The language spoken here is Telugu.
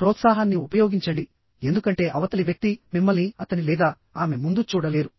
ప్రోత్సాహాన్ని ఉపయోగించండి ఎందుకంటే అవతలి వ్యక్తి మిమ్మల్ని అతని లేదా ఆమె ముందు చూడలేరు